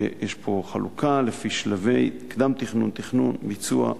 ויש פה חלוקה לפי שלבים, קדם-תכנון, תכנון, ביצוע.